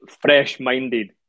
fresh-minded